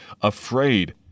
afraid